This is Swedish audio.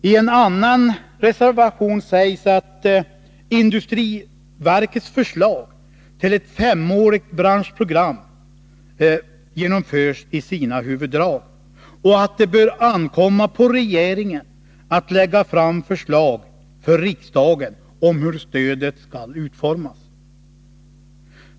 I en annan reservation sägs att industriverkets förslag till ett femårigt branschprogram genomförs i sina huvuddrag och att det bör ankomma på regeringen att lägga fram förslag för riksdagen om hur stödet skall utformas.